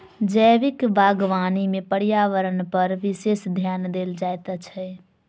जैविक बागवानी मे पर्यावरणपर विशेष ध्यान देल जाइत छै